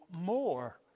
more